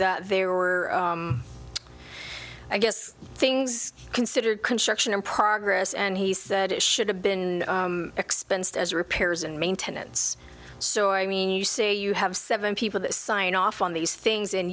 that they were i guess things considered construction in progress and he said it should have been expensed as repairs and maintenance so i mean you say you have seven people that sign off on these things and